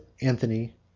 Anthony